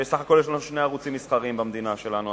בסך הכול יש שני ערוצים מסחריים במדינה שלנו,